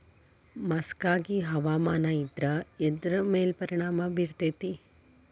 ಮಸಕಾಗಿ ಹವಾಮಾನ ಇದ್ರ ಎದ್ರ ಮೇಲೆ ಪರಿಣಾಮ ಬಿರತೇತಿ?